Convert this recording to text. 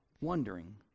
wondering